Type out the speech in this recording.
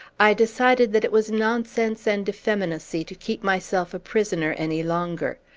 i decided that it was nonsense and effeminacy to keep myself a prisoner any longer.